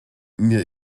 mir